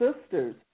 Sisters